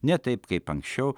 ne taip kaip anksčiau